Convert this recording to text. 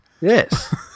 yes